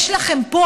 יש לכם פה,